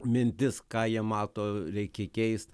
mintis ką jie mato reikia keist